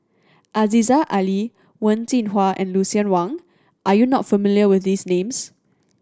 Aziza Ali Wen Jinhua and Lucien Wang are you not familiar with these names